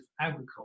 agriculture